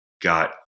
got